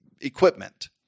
equipment